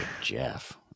Jeff